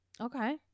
Okay